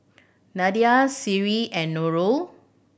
Nadia Seri and Nurul